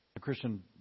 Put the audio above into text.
Christian